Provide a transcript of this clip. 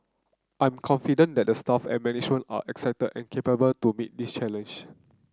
I'm confident that the staff and management are excited and capable to meet this challenge